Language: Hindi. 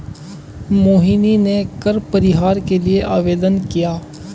मोहिनी ने कर परिहार के लिए आवेदन किया